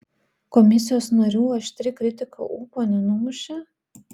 komisijos narių aštri kritika ūpo nenumušė